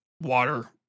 Water